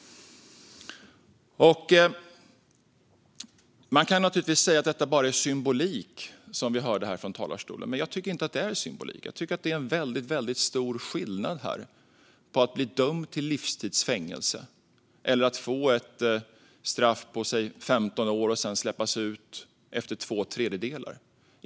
Man kan naturligtvis säga att detta bara är symbolik, som vi har hört sägas från talarstolen. Men jag tycker inte att det är symbolik. Det är en väldigt stor skillnad mellan att bli dömd till livstids fängelse och att få ett straff på säg 15 år och sedan släppas ut efter två tredjedelar av tiden.